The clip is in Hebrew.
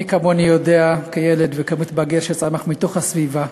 מי כמוני יודע, כילד וכמתבגר שצמח מתוך הסביבה,